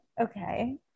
Okay